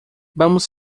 vamos